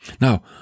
Now